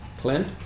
Clint